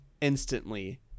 instantly